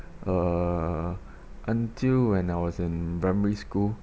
uh until when I was in primary school